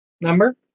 Number